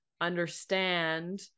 understand